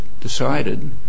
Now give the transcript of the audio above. decided